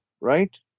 right